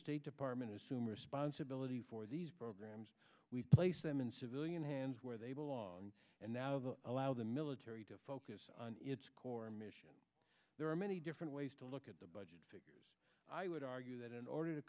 state department assume responsibility for these programs we place them in civilian hands where they belong and now the allow the military to focus on its core mission there are many different ways to look at the budget figures i would argue that in order to